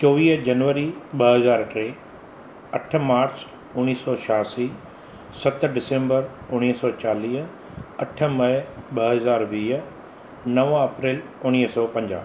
चोवीह जनवरी ॿ हज़ार टे अठ मार्च उणिवीह सौ छयासी सत डिसैंबर उणिवीह सौ चालीह अठ मे ॿ हज़ार वीह नव अप्रैल उणवीह सौ पंजाहु